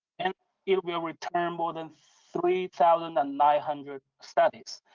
and it will return more than three thousand and nine hundred studies.